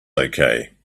okay